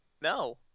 No